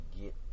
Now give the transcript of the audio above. get